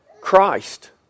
Christ